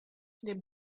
dem